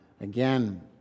again